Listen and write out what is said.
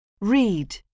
read